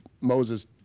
Moses